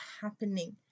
happening